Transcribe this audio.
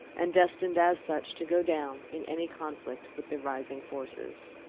and destined, as such, to go down in any conflict with the rising forces.